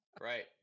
right